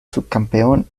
subcampeón